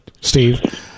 steve